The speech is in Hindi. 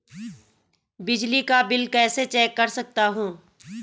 बिजली का बिल कैसे चेक कर सकता हूँ?